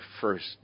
first